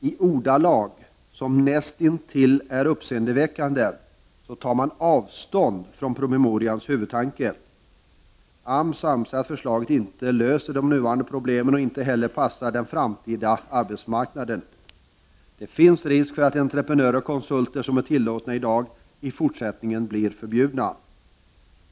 I ordalag som näst intill är uppseendeväckande tar man avstånd från promemorians huvudtanke. AMS anser att förslaget inte löser de nuvarande problemen och inte heller passar den framtida arbetsmarknaden. Det finns risk för att entreprenörer och konsulter som är tillåtna i dag i fortsättningen blir förbjudna.